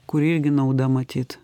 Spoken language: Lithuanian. kur irgi nauda matyt